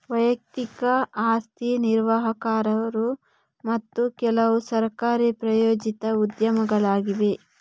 ವೈಯಕ್ತಿಕ ಆಸ್ತಿ ನಿರ್ವಾಹಕರು ಮತ್ತು ಕೆಲವುಸರ್ಕಾರಿ ಪ್ರಾಯೋಜಿತ ಉದ್ಯಮಗಳಾಗಿವೆ